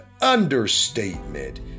understatement